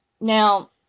Now